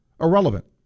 irrelevant